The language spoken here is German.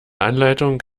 anleitung